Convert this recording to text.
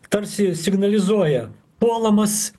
tarsi signalizuoja puolamas